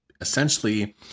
essentially